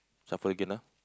suffer again ah